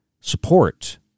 support